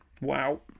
wow